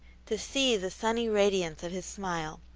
to see the sunny radiance of his smile,